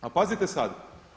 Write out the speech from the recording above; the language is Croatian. A pazite sada.